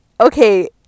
Okay